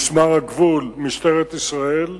משמר הגבול, משטרת ישראל.